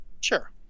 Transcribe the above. sure